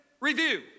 review